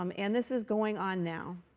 um and this is going on now.